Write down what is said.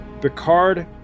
Picard